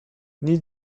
nic